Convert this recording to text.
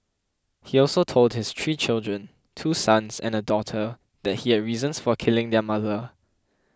he also told his three children two sons and a daughter that he had reasons for killing their mother